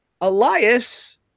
Elias